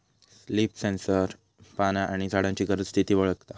leaf sensor पाना आणि झाडांची गरज, स्थिती वळखता